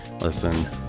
listen